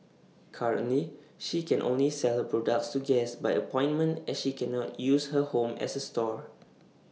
currently she can only sell her products to guests by appointment as she cannot use her home as A store